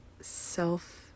self